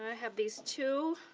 ah have these two